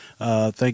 Thank